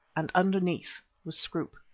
and underneath was scroope.